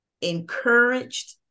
encouraged